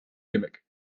gimmick